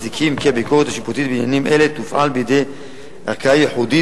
מצדיקים כי הביקורת השיפוטית בעניינים אלה תופעל בידי ערכאה ייחודית,